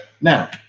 now